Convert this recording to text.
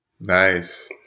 Nice